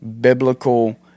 biblical